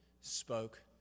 spoke